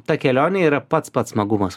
ta kelionė yra pats pats smagumas